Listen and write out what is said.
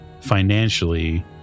financially